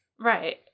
Right